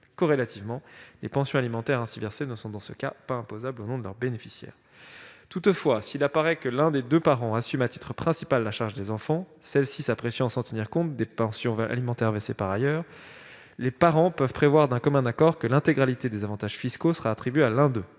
Corrélativement, les pensions alimentaires ainsi versées ne sont, dans ce cas, pas imposables au nom de leur bénéficiaire. Toutefois, s'il apparaît que l'un des deux parents assume à titre principal la charge des enfants, celle-ci s'appréciant sans tenir compte des pensions alimentaires versées par ailleurs, les parents peuvent prévoir d'un commun accord que l'intégralité des avantages fiscaux sera attribuée à l'un d'eux.